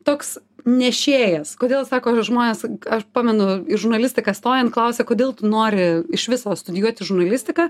toks nešėjas kodėl sako žmonės aš pamenu į žurnalistiką stojant klausia kodėl tu nori iš viso studijuoti žurnalistiką